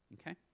Okay